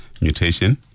mutation